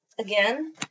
Again